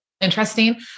interesting